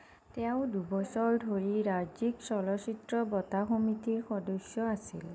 তেওঁ দুবছৰ ধৰি ৰাজ্যিক চলচ্চিত্ৰ বঁটা সমিতিৰ সদস্য আছিল